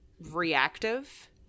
reactive